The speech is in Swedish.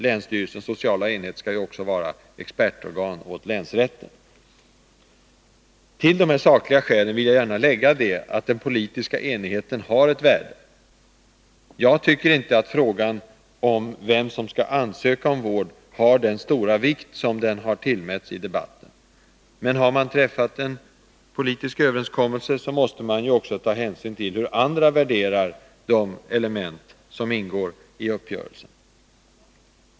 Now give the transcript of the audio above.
Länsstyrelsens sociala enhet skall ju också vara expertorgan åt länsrätten. Till dessa sakliga skäl vill jag gärna lägga att den politiska enigheten har ett värde. Jag tycker inte att frågan om vem som skall ansöka om vård har den stora vikt som den har tillmätts i debatten. Men har man träffat en politisk överenskommelse, måste man också ta hänsyn till hur andra värderar de element som ingår i uppgörelsen.